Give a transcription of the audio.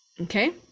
Okay